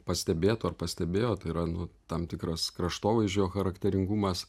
pastebėtų ar pastebėjo tai yra nu tam tikras kraštovaizdžio charakteringumas